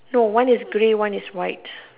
no one is grey one is white